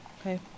Okay